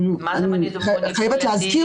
אני חייבת להזכיר